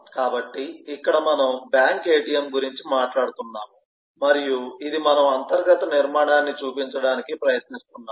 కాబట్టి ఇక్కడ మనము బ్యాంక్ ATM గురించి మాట్లాడుతున్నాము మరియు ఇది మనము అంతర్గత నిర్మాణాన్ని చూపించడానికి ప్రయత్నిస్తున్నాము